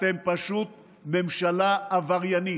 אתם פשוט ממשלה עבריינית,